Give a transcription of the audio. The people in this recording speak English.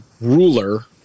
ruler –